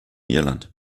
irland